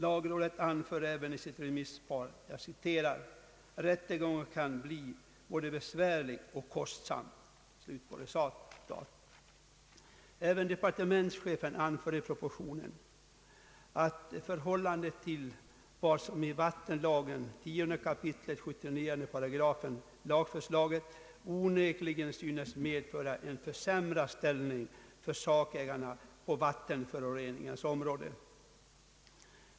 Lagrådet anför i sitt remissvar: »Rättegången kan bli både besvärlig och kostsam.» Departementschefen anför i propositionen att i förhållande till vad som stadgas i vattenlagen, 10 kap. 798, synes lagförslaget onekligen medföra en försämrad ställning för sakägarna på vattenföroreningens område.